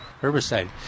herbicide